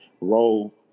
role